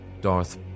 Darth